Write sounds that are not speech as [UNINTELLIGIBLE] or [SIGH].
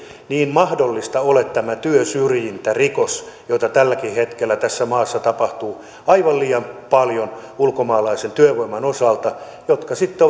niin mahdollisia ole työsyrjintärikokset joita tälläkin hetkellä tässä maassa tapahtuu aivan liian paljon ulkomaalaisen työvoiman osalta jotka sitten [UNINTELLIGIBLE]